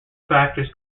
factors